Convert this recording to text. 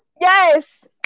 Yes